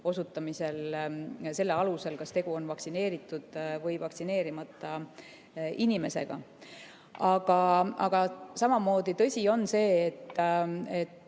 osutamisel selle alusel, kas tegu on vaktsineeritud või vaktsineerimata inimesega. Aga samamoodi tõsi on see, et